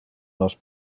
nos